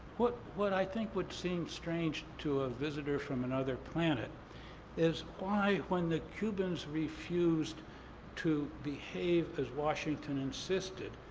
what what i think would seem strange to a visitor from another planet is why when the cubans refuse to behave as washington insisted,